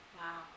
Wow